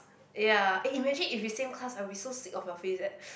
ya eh imagine if we same class I will be so sick of your face eh